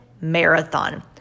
marathon